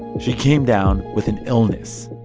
she came down with an illness